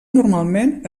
normalment